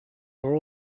are